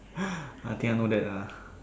I think I know that lah